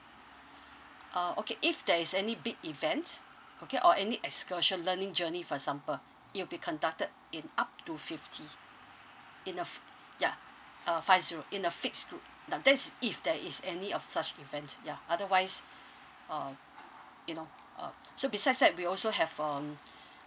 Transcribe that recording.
uh okay if there is any big event okay or any excursion learning journey for example it'll be conducted in up to fifty in a f~ ya uh five zero in a fixed group now that's if there is any of such event yeah otherwise um you know um so besides that we also have um